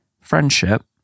friendship